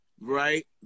right